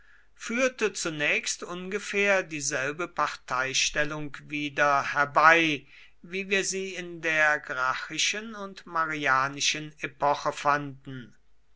führte zunächst ungefähr dieselbe parteistellung wieder herbei wie wir sie in der gracchischen und marianischen epoche fanden